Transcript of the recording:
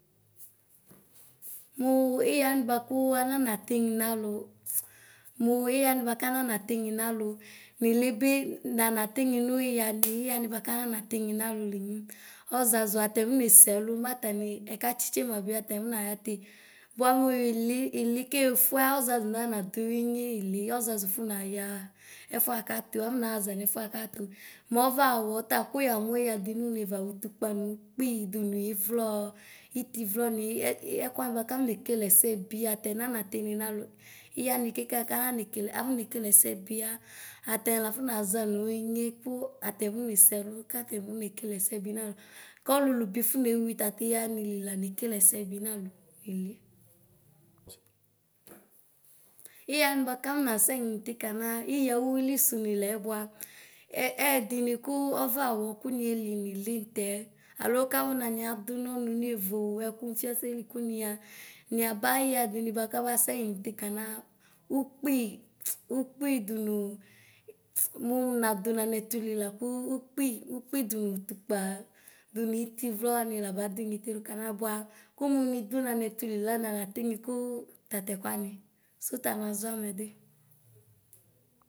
Mʋ ɩɣa wani bʋakʋ ananatɩm nʋ alʋ mʋ ɩɣa wanɩ bʋakʋ ananatɩm nʋ alʋ ɩlɩbɩ nana tinɩ nalʋ nana tinɩ nʋ ɩɣa ya wanɩ kanana tinɩ nalʋ ɣenyi ɔzazʋ atanɩ afɔne sɛw mɛ atanɩ ɛkatsɩtse mabɩo atamɩ afɔ naya te bʋamʋ ili kefʋea ɔzazʋ natʋ ɩnye ɩlɩ ɔzazʋ fɔnaya ɛfʋɛ katʋ afɔnaza nɛfʋɛ nɛfʋɛ katʋ mʋ ɔvɛ awɔta kʋ yamʋ iɣadɩ nenye ta ʋtokpa nʋ ʋkpɩ dʋnʋ ivlɔ itɩvlɔni ɛkʋ wanɩ kafɔ nekele ɛsɛbi atanɩ nanatɩnɩ nalʋ yanɩ keke kayene kakɔ nekele ɛsɛbia atanɩ lafɔ nazanʋ ɩnye kʋ atanɩ afɔnese ɛlʋ katanɩ afɔne kele ɛsɛbɩ nalʋ kʋlʋlʋ bɩ fɔne wi talɩɣa wsnɩbi nekele ɛsɛbi nalʋ ɩli ɩɣa wanɩ kafɔ asɛ nʋ ɩnyitɩ kana sɣa ʋwilisʋ lɛ bʋa ɛdɩnɩ kʋ ɔvɛa wɔ kʋ niyeli nɩlɩ ntɛ alo kawʋ nanɩ adonɛ nʋ nɩye vʋ ɛkʋ nʋ fiaseli kʋ nɩya nɩyaba kʋɩɣa dini kabasɛ nʋ ɩnyiti kana ʋkpɩ dʋnʋ mʋ ninadɩ nanɛtʋ likʋ ʋkpɩ dʋnʋ ʋtʋkpa dʋnʋ itɩvlɔ wanɩ labadʋ ɩnyitɩ dʋkana bʋa kʋmʋ nidʋ nanɛtʋ lila nanatɩni kʋ tatɛkʋwanɩ sɩta nazɔ amɛ dui.